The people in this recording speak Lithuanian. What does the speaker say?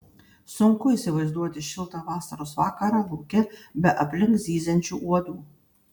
sunku įsivaizduoti šiltą vasaros vakarą lauke be aplink zyziančių uodų